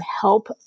help